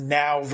now